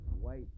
White